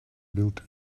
built